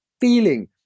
feeling